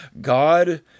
God